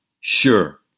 Sure